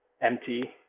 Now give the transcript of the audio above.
empty